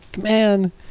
man